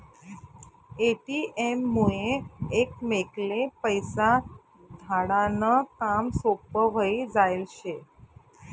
ATM मुये एकमेकले पैसा धाडा नं काम सोपं व्हयी जायेल शे